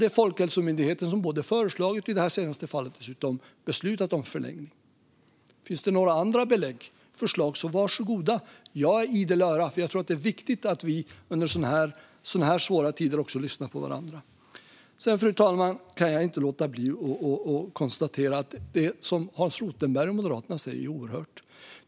Det är Folkhälsomyndigheten som har föreslagit och i det senaste fallet dessutom beslutat om förlängning. Finns det några andra belägg och förslag så: Varsågoda! Jag är idel öra. Jag tror nämligen att det är viktigt att vi i sådana här svåra tider lyssnar på varandra. Fru talman! Jag kan inte låta bli att konstatera att det som Hans Rothenberg och Moderaterna säger är oerhört.